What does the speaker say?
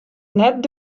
net